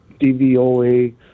DVOA